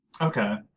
Okay